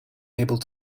able